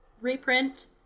reprint